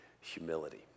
humility